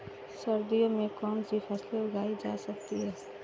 सर्दियों में कौनसी फसलें उगाई जा सकती हैं?